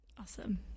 Awesome